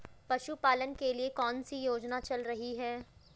पशुपालन के लिए कौन सी योजना चल रही है?